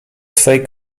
swej